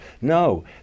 No